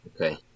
Okay